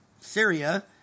Syria